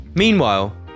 Meanwhile